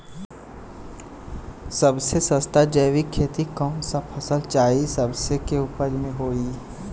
सबसे सस्ता जैविक खेती कौन सा फसल चाहे सब्जी के उपज मे होई?